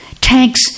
Tanks